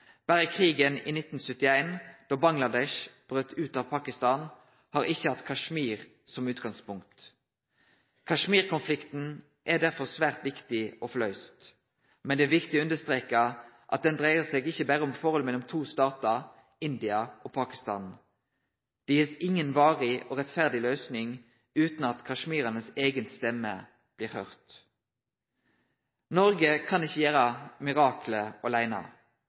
krigen i 1971, da Bangladesh braut ut av Pakistan, har ikkje hatt Kashmir som utgangspunkt. Kashmir-konflikten er derfor svært viktig å få løyst. Men det er viktig å understreke at han ikkje berre dreier seg om forholdet mellom to statar – India og Pakistan. Det blir ikkje gitt noka varig og rettferdig løysing utan at kasjmiraranes eiga stemme blir høyrd. Noreg kan ikkje gjere mirakel aleine.